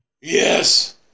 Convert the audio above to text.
Yes